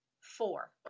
Four